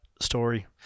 story